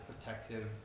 protective